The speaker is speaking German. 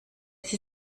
sie